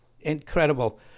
Incredible